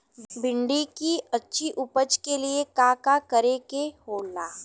भिंडी की अच्छी उपज के लिए का का करे के होला?